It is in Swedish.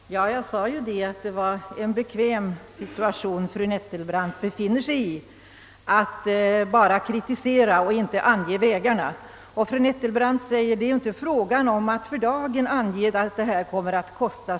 Herr talman! Jag sade ju att det var en bekväm situation fru Nettelbrandt befinner sig i genom att kunna bara kritisera och inte behöva ange vägarna. Fru Nettelbrandt säger att det inte är fråga om att för dagen ange vad detta kommer att kosta.